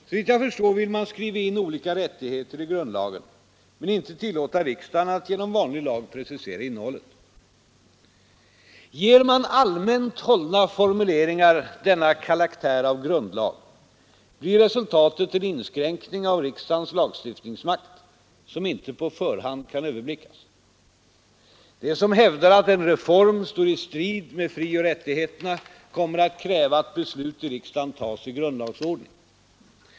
Såvitt jag förstår vill man skriva in olika rättigheter i grundlagen men inte tillåta riksdagen att genom vanlig lag precisera innehållet. Ger man allmänt hållna formuleringar denna karaktär av grundlag blir resultatet en inskränkning av riksdagens lagstiftningsmakt som inte på förhand kan överblickas. De som hävdar att en reform står i strid med frioch rättigheterna kommer att kräva att beslut i riksdagen tas i grundlagsordning.